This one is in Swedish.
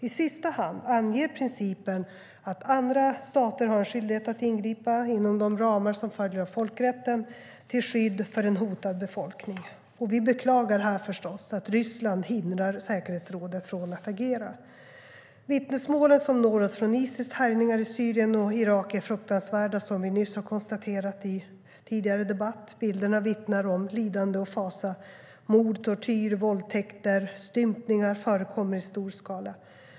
I sista hand anger principen att andra stater har en skyldighet att ingripa - inom de ramar som följer av folkrätten - till skydd för en hotad befolkning. Vi beklagar här förstås att Ryssland hindrar säkerhetsrådet från att agera. Vittnesmålen som når oss från Isils härjningar i Syrien och Irak är fruktansvärda, som vi nyss har konstaterat i tidigare debatt. Bilderna vittnar om lidande och fasa. Mord, tortyr, våldtäkter och stympningar förekommer i stor skala.